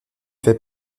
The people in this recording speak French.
fait